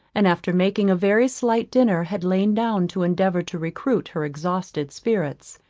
and after making a very slight dinner had lain down to endeavour to recruit her exhausted spirits,